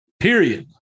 period